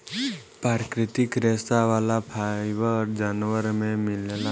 प्राकृतिक रेशा वाला फाइबर जानवर में मिलेला